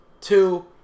Two